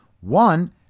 One